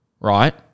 right